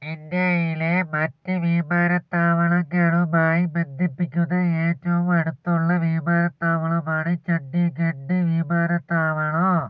ഇന്ത്യയിലെ മറ്റ് വിമാനത്താവളങ്ങളുമായി ബന്ധിപ്പിക്കുന്ന ഏറ്റവും അടുത്തുള്ള വിമാനത്താവളമാണ് ചണ്ഡീഗഢ് വിമാനത്താവളം